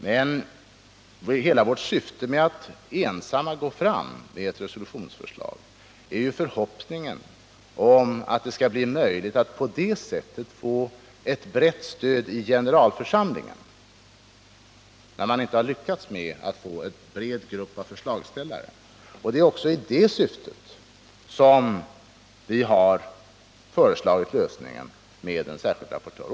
Men hela vårt syfte med att ensamma gå fram med ett resolutionsförslag är ju förhoppningen att det skall bli möjligt att på det sättet få ett brett stöd i generalförsamlingen, när vi inte lyckats få till stånd en bred grupp av förslagsställare. Det är också i det syftet som vi har föreslagit lösningen med en särskild rapportör.